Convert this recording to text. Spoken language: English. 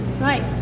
right